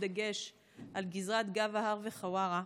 בדגש על גזרת גב ההר וחווארה,